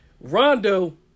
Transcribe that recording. Rondo